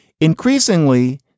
Increasingly